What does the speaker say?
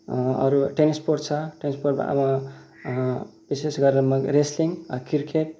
अरू ten sports छ टेनस्पोर्टमा अब विशेष गरेर रेस्लिङ क्रिकेट